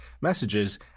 messages